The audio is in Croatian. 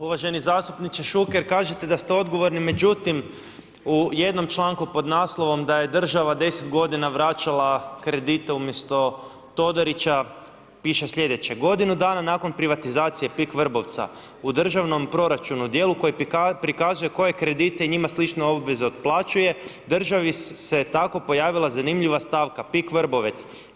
Uvaženi zastupniče Šuker, kažete da ste odgovorni, međutim, u jednom članku pod naslovom, da je država 10 g. vrača kredite umjesto Todorića, piše slijedeće, godinu dana nakon privatizacije Pik Vrbovca, u državnom proračunu, djelu koji prikazuje, koje kredite i njima slične obveze otplaćuje, državi se tako pojavila zanimljiva svaka Pik Vrbovec.